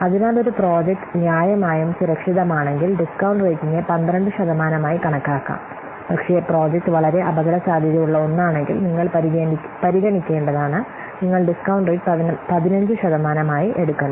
അതിനാൽ ഒരു പ്രോജക്റ്റ് ന്യായമായും സുരക്ഷിതമാണെങ്കിൽ ഡിസ്കൌണ്ട് റേറ്റ്നെ 12 ശതമാനമായി കണക്കാക്കാം പക്ഷേ പ്രോജക്റ്റ് വളരെ അപകടസാധ്യതയുള്ള ഒന്നാണെങ്കിൽ നിങ്ങൾ പരിഗണിക്കേണ്ടതാണ് നിങ്ങൾ ഡിസ്കൌണ്ട് റേറ്റ് 15 ശതമാനമായി എടുക്കണം